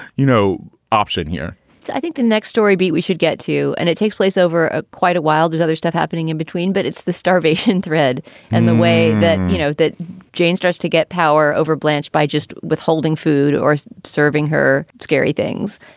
you know, option here i think the next story. but we should get to and it takes place over ah quite a while. there's other stuff happening in between. but it's the starvation thread and the way that, you know, that jane starts to get power over blanched by just withholding food or serving her scary things,